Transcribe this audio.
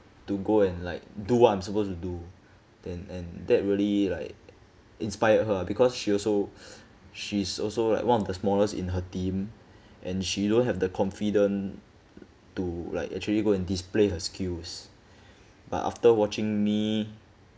to go and like do what I'm supposed to do then and that really like inspired her because she also she is also like one of the smallest in her team and she don't have the confident to like actually go and display her skills but after watching me